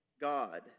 God